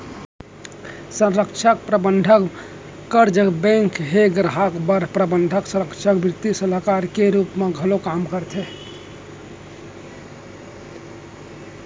संरक्छक, परबंधक, कारज बेंक ह गराहक बर प्रबंधक, संरक्छक, बित्तीय सलाहकार के रूप म घलौ काम करथे